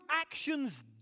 actions